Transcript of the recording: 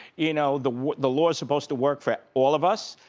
you know the the law is supposed to work for all of us,